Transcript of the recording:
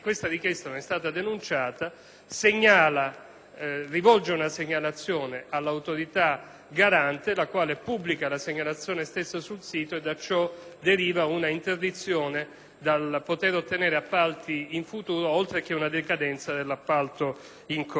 rivolge una segnalazione all'autorità garante che a sua volta pubblica la segnalazione stessa sul sito; da ciò deriva un'interdizione dal poter ottenere appalti in futuro, oltre che una decadenza nell'appalto in corso. Ricordo poi le disposizioni richiamate dal presidente